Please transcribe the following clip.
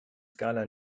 skala